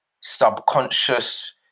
subconscious